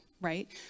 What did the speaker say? right